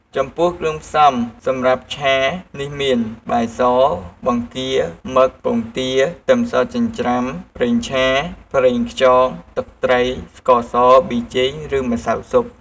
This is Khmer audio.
ចំពោះគ្រឿងផ្សំសម្រាប់ឆានេះមាន បាយស បង្គា មឹក ពងទា ខ្ទឹមសចិញ្ច្រាំ ប្រេងឆា ប្រេងខ្យង ទឹកត្រី ស្ករស ប៊ីចេង ឬម្សៅស៊ុប។